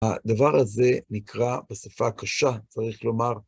הדבר הזה נקרא בשפה הקשה, צריך לומר,